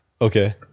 Okay